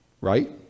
Right